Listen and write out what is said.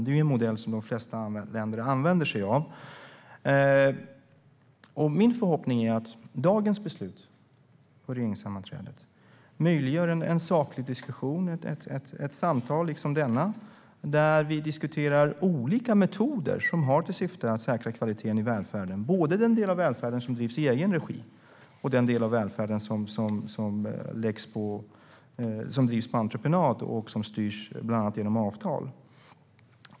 Det är en modell som de flesta andra länder använder sig av. Min förhoppning är att beslutet på dagens regeringssammanträde möjliggör en saklig diskussion, ett samtal liksom detta, där vi diskuterar olika metoder som har till syfte att säkra kvaliteten i välfärden, både den del av välfärden som drivs i egen regi och den del av välfärden som drivs på entreprenad och styrs bland annat genom avtal.